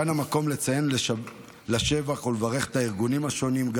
כאן המקום לציין לשבח ולברך מערכת הארגונים השונים: